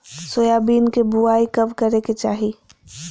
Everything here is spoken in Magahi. सोयाबीन के बुआई कब करे के चाहि?